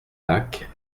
lacs